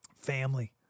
family